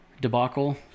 debacle